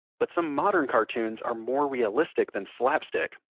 but some modern cartoons are more realistic than slap-stick,